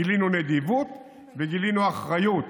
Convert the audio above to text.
גילינו נדיבות וגילינו אחריות.